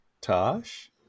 Tosh